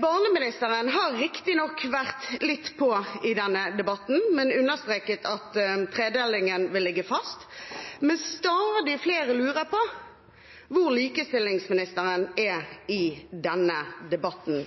Barneministeren har riktignok vært litt på i denne debatten, men understreket at tredelingen vil ligge fast. Men stadig flere lurer på hvor likestillingsministeren er i denne debatten.